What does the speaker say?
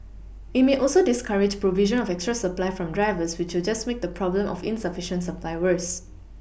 it may also discourage provision of extra supply from drivers which will just make the problem of insufficient supply worse